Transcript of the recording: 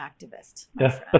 activist